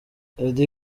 eddy